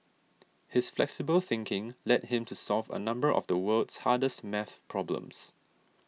his flexible thinking led him to solve a number of the world's hardest math problems